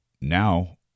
now